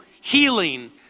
healing